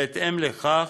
בהתאם לכך,